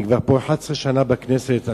אני פה כבר 11 שנה בכנסת,